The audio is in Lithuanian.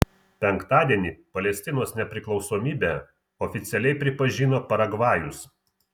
penktadienį palestinos nepriklausomybę oficialiai pripažino paragvajus